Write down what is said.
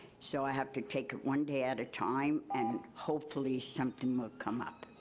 so i have to take it one day at a time and hopefully something will come up,